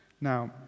Now